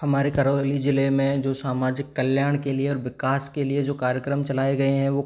हमारे करौली ज़िले में जो सामाजिक कल्याण के लिए और विकास के लिए जो कार्यक्रम चलाए गए हैं